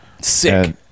Sick